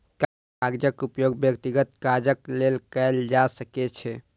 कागजक उपयोग व्यक्तिगत काजक लेल कयल जा सकै छै